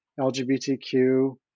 LGBTQ